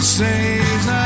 saves